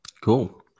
Cool